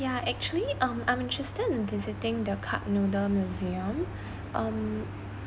ya actually um I'm interested in visiting the cup noodle museum um